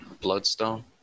bloodstone